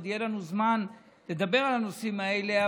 עוד יהיה לנו זמן לדבר על הנושאים האלה.